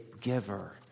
giver